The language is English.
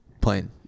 plane